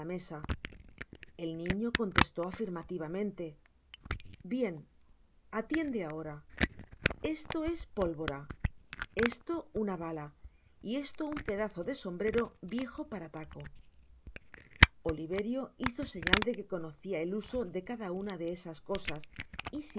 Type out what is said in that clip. el niño contestó afirmativamente bien atiende ahora esto es pólvora esto una bala y esto un pedazo de sombrero viejo para taco oliyerio hizo señal de que conocia ek uso de cada una de esas cosas